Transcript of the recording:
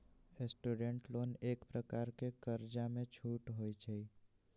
student loan एक प्रकार के कर्जामें छूट होइ छइ